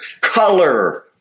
color